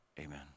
amen